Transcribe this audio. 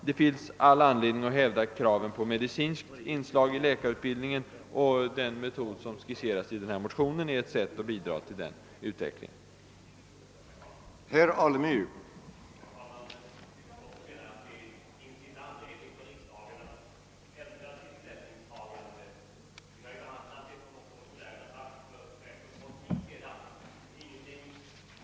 Det finns all anledning att hävda kravet på medicinskt inslag i tandläkarutbildningen, och den metod som skisserats i den motion jag nu talar för är ett sätt att bidra härtill. Jag ber därför att få yrka bifall till motionen II: 672.